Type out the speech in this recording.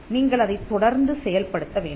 நீங்கள் அதைத் தொடர்ந்து செயல்படுத்த வேண்டும்